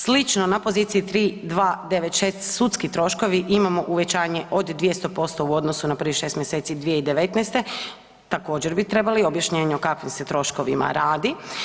Slično na poziciji 3296 sudski troškovi imamo uvećanje od 200% u odnosu na prvih 6. mjeseci 2019., također bi trebali objašnjenje o kakvim se troškovima radi.